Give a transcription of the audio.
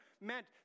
meant